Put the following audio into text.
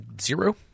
Zero